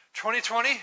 2020